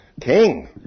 king